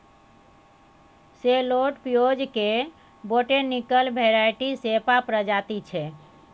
सैलोट पिओज केर botanical variety सेपा प्रजाति छै